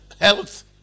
health